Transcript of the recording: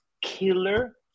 killer